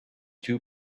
two